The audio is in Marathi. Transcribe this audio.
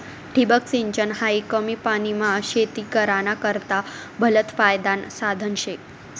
ठिबक सिंचन हायी कमी पानीमा शेती कराना करता भलतं फायदानं साधन शे